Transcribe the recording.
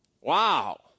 Wow